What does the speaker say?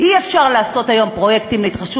אי-אפשר לעשות היום פרויקטים להתחדשות